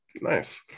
Nice